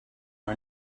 are